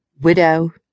widow